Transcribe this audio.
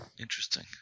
Interesting